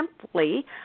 simply